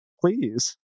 please